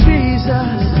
Jesus